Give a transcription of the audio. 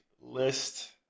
list